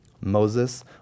Moses